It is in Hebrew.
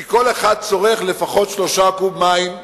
כי כל אחד צורך לפחות 3 קוב מים לצרכיו,